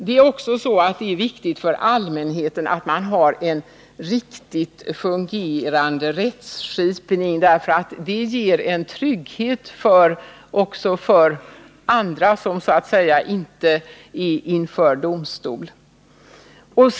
Det är också viktigt för allmänheten att man har en riktigt fungerande rättsskipning. Det ger en trygghet också för andra än dem som ställs inför domstol.